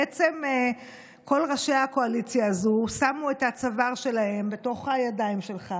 בעצם כל ראשי הקואליציה הזו שמו את הצוואר שלהם בתוך הידיים שלך